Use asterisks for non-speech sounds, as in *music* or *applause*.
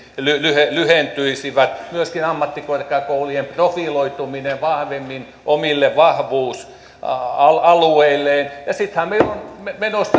lyhentyisivät ja myöskin ammattikorkeakoulujen profiloituminen vahvemmin omille vahvuusalueilleen ja sittenhän meillä on menossa *unintelligible*